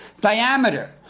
diameter